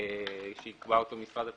שיקבע משרד התחבורה,